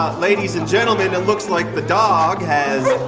ah ladies and gentlemen, it looks like the dog has.